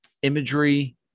imagery